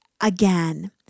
again